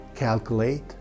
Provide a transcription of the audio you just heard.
Calculate